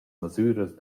masüras